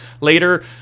later